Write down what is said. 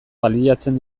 baliatzen